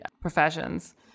professions